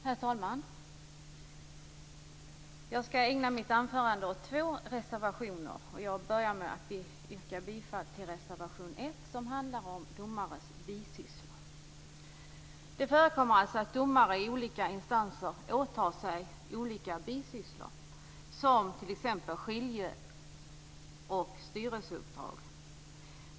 Herr talman! Jag skall ägna mitt anförande åt två reservationer. Jag börjar med att yrka bifall till reservation 1 som handlar om domares bisysslor. Det förekommer alltså att domare i olika instanser åtar sig olika bisysslor som t.ex. skilje och styrelseuppdrag.